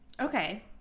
Okay